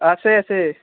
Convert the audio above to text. আছে আছে